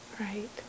Right